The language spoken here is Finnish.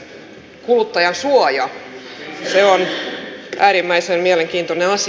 se on äärimmäisen mielenkiintoinen asia